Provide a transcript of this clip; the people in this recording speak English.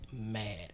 mad